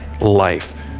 life